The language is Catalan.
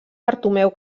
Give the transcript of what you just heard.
bartomeu